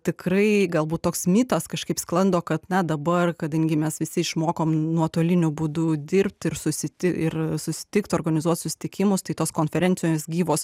tikrai galbūt toks mitas kažkaip sklando kad na dabar kadangi mes visi išmokom nuotoliniu būdu dirbti ir susitikti ir susitikt organizuot susitikimus tai tos konferencijos gyvos